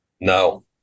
No